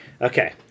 Okay